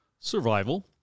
survival